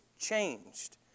changed